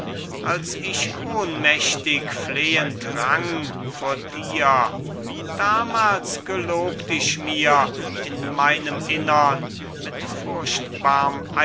als ich ohnmächtig flehend rang vor dir damals gelobt ich mir in meinem innern mit